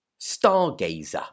stargazer